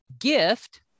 gift